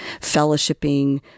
fellowshipping